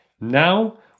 Now